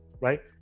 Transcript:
right